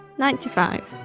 ninety five